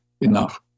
enough